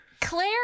claire